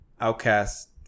outcast